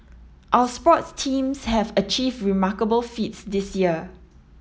our sports teams have achieved remarkable feats this year